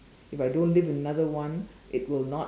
if I don't live another one it will not